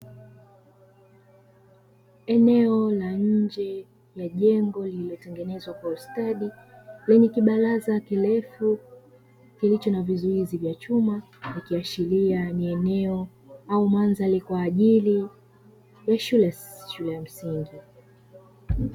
Eneo la nje ya jengo lililotengenezwa kwa ustadi, lenye kibaraza kirefu kilicho na vizuizi vya chuma, ikiashiria ni eneo au mandhari kwa ajili ya shule ya shule ya msingi.